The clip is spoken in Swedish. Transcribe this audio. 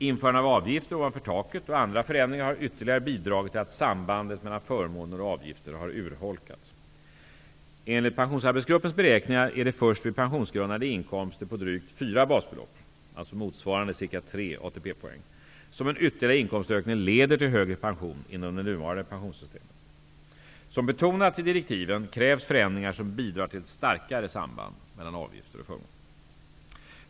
Införande av avgifter ovanför taket och andra förändringar har ytterligare bidragit till att sambandet mellan förmåner och avgifter har urholkats. Enligt Pensionsarbetsgruppens beräkningar är det först vid pensionsgrundande inkomster på drygt 4 basbelopp som en ytterligare inkomstökning leder till högre pension inom det nuvarande pensionssystemet. Som betonats i direktiven krävs förändringar som bidrar till ett starkare samband mellan avgifter och förmåner.